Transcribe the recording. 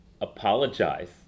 Apologize